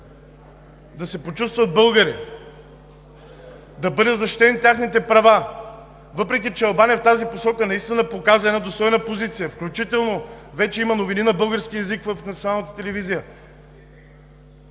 да се почувстват българи, да бъдат защитени техните права, въпреки че Албания в тази посока наистина показа една достойна позиция – включително вече има новини на български език в националната телевизия.